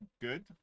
Good